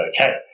okay